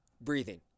Breathing